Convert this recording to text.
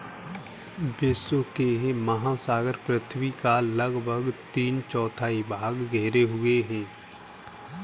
विश्व के महासागर पृथ्वी का लगभग तीन चौथाई भाग घेरे हुए हैं